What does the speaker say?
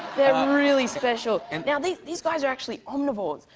they're um really special. and now, these these guys are actually omnivores.